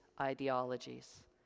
ideologies